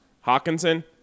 Hawkinson